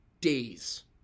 days